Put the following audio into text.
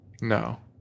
No